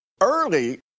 early